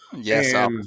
Yes